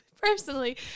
personally